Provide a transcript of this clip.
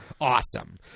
awesome